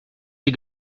die